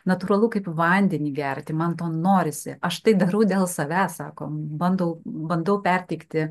natūralu kaip vandenį gerti man to norisi aš tai darau dėl savęs sako bandau bandau perteikti